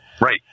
Right